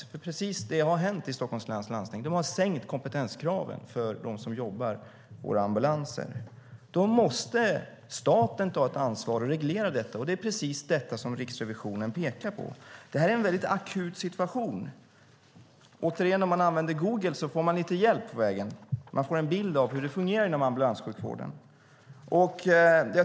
Det är precis det som har hänt i Stockholms läns landsting; de har sänkt kompetenskraven för dem som jobbar inom ambulanssjukvården. Då måste staten ta ett ansvar och reglera detta, och det är precis detta som Riksrevisionen pekar på. Det är en mycket akut situation. Återigen: Om man använder google får man lite hjälp på vägen och en bild av hur det fungerar inom ambulanssjukvården.